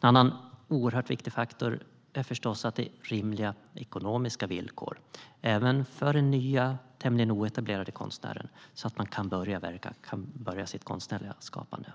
En annan oerhört viktig faktor är förstås att det är rimliga ekonomiska villkor, även för nya tämligen oetablerade konstnärer, så att man kan börja sitt konstnärliga skapande.